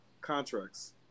contracts